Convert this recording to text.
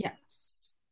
Yes